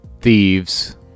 thieves